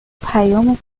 پیامو